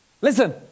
Listen